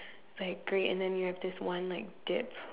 like great and then you have this one like death